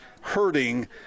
hurting